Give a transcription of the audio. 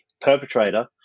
perpetrator